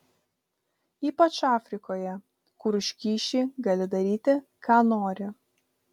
ypač afrikoje kur už kyšį gali daryti ką nori